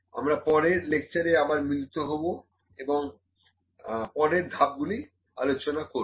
আমরা পরের লেকচারে আবার মিলিত হব এবং পরের ধাপ গুলি আলোচনা করব